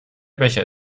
becher